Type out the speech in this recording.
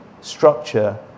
structure